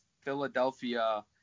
Philadelphia